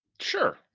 Sure